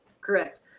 Correct